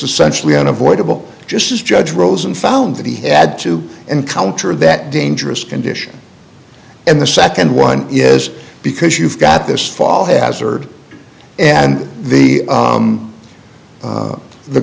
essentially unavoidable just as judge rosen found that he had to encounter that dangerous condition and the second one is because you've got this fall hazard and the